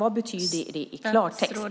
Vad betyder det i klartext?